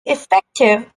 effective